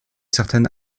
certaine